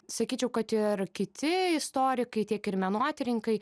sakyčiau kad ir kiti istorikai tiek ir menotyrinkai